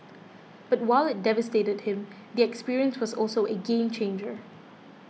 but while it devastated him the experience was also a game changer